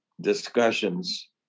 discussions